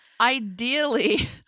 ideally